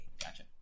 Gotcha